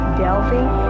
delving